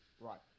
Right